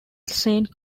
saint